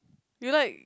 you like